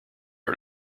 are